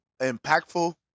impactful